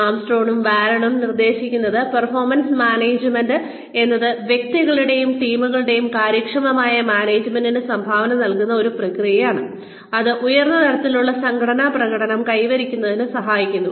ആംസ്ട്രോങ്ങും ബാരണും നിർദ്ദേശിക്കുന്നത് performance management എന്നത് വ്യക്തികളുടെയും ടീമുകളുടെയും കാര്യക്ഷമമായ മാനേജ്മെന്റിന് സംഭാവന നൽകുന്ന ഒരു പ്രക്രിയയാണ് അത് ഉയർന്ന തലത്തിലുള്ള സംഘടനാ പ്രകടനം കൈവരിക്കുന്നതിന് സഹായിക്കുന്നു